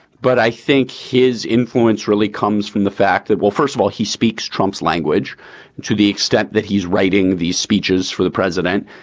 but i think his influence really comes from the fact that, well, first of all, he speaks trump's language. and to the extent that he's writing these speeches for the president,